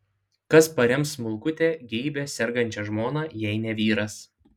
kas parems smulkutę geibią sergančią žmoną jei ne vyras